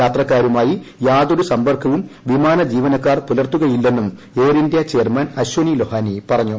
യാത്രക്കാരുമായി യാതൊരു സമ്പർക്കവും വിമാന ജീവനക്കാർ പുലർത്തുകയില്ലെന്നും Air India chairman Ashwani Lohani പറഞ്ഞു